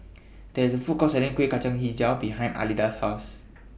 There IS A Food Court Selling Kueh Kacang Hijau behind Alida's House